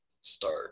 start